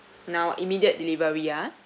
now immediate delivery ah